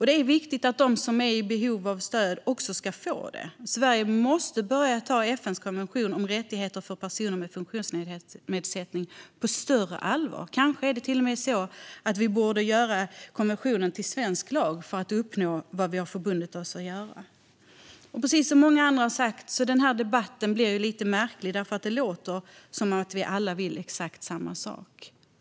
Det är viktigt att de som är i behov av stöd också får det. Sverige måste börja ta FN:s konvention om rättigheter för personer med funktionsnedsättning på större allvar. Kanske borde vi till och med göra konventionen till svensk lag för att uppnå vad vi har förbundit oss att göra. Precis som många andra har sagt blir denna debatt lite märklig eftersom det låter som om vi alla vill exakt samma sak.